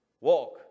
Walk